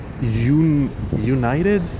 united